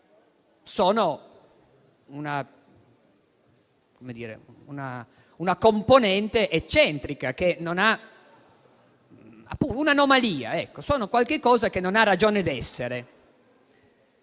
- una componente eccentrica, un'anomalia, sono qualcosa che non ha ragione d'essere.